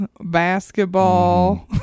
basketball